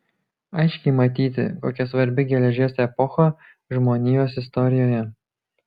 aiškiai matyti kokia svarbi geležies epocha žmonijos istorijoje